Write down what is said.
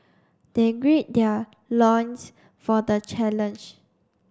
they grid their loins for the challenge